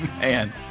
man